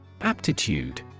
Aptitude